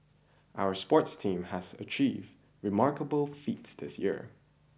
our sports teams have achieved remarkable feats this year